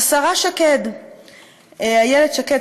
השרה איילת שקד,